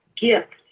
gift